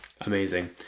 amazing